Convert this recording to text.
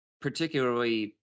particularly